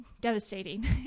devastating